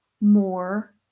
more